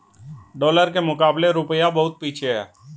dollar के मुकाबले रूपया बहुत पीछे है